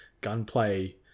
gunplay